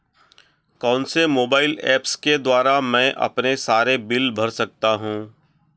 कौनसे mobile apps के द्वारा मैं अपने सारे बिल भर सकता हूं?